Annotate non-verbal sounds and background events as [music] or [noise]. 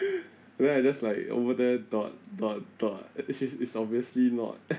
[laughs] then I just like over there dot dot dot she is obviously not